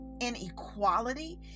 inequality